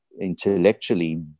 intellectually